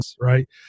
right